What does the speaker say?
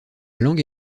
langue